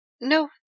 No